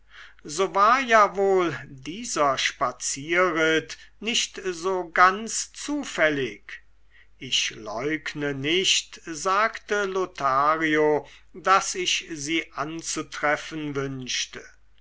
so war ja wohl dieser spazierritt nicht so ganz zufällig ich leugne nicht sagte lothario daß ich sie anzutreffen wünschte